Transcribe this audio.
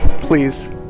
please